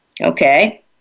Okay